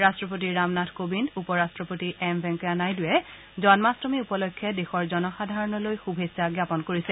ৰাষ্ট্ৰপতি ৰামনাথ কোবিন্দ উপৰাষ্ট্ৰপতি এম ভেংকায়া নাইডুৱে জন্মাষ্টমী উপলক্ষে দেশৰ জনসাধাৰণলৈ শুভেচ্ছা জাপন কৰিছে